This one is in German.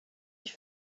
ich